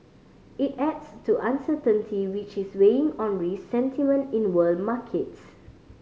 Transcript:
it adds to uncertainty which is weighing on risk sentiment in world markets